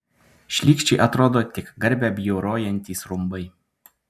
šlykščiai atrodo tik garbę bjaurojantys rumbai